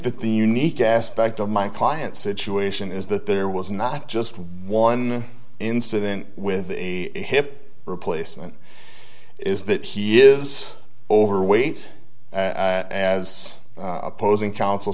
that the unique aspect of my client's situation is that there was not just one incident with a hip replacement is that he is overweight as opposing counsel